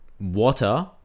water